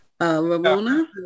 Ramona